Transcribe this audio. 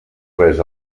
res